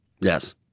Yes